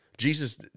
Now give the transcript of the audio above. Jesus